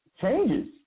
changes